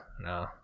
No